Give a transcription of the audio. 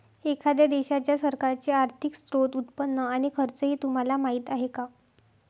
एखाद्या देशाच्या सरकारचे आर्थिक स्त्रोत, उत्पन्न आणि खर्च हे तुम्हाला माहीत आहे का